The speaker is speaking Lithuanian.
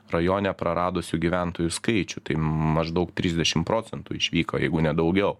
rajone praradusių gyventojų skaičių tai maždaug trisdešim procentų išvyko jeigu ne daugiau